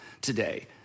today